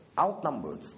outnumbered